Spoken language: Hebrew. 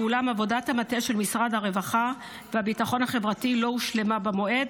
אולם עבודת המטה של משרד הרווחה והביטחון החברתי לא הושלמה במועד.